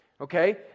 Okay